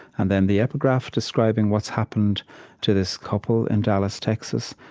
and then the epigraph, describing what's happened to this couple in dallas, texas,